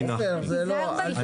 רגע.